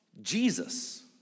Jesus